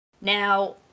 now